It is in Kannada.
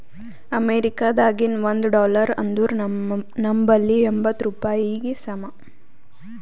ಅಮೇರಿಕಾದಾಗಿನ ಒಂದ್ ಡಾಲರ್ ಅಂದುರ್ ನಂಬಲ್ಲಿ ಎಂಬತ್ತ್ ರೂಪಾಯಿಗಿ ಸಮ